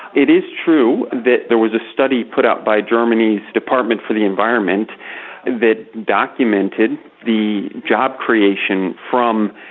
it is true that there was a study put out by germany's department for the environment that documented the job creation from